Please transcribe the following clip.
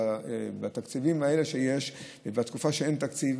בתקציבים האלה שיש ובתקופה שאין תקציב,